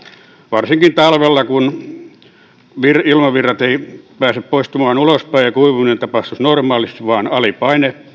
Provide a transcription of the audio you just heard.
varsinkin talvella kun ilmavirrat eivät pääse poistumaan ulospäin jolloin kuivuminen tapahtuisi normaalisti vaan alipaine